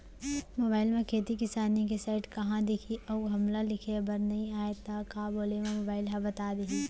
Mobile म खेती किसानी के साइट कहाँ दिखही अऊ हमला लिखेबर नई आय त का बोले म मोबाइल ह बता दिही?